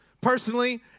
personally